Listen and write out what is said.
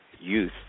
youth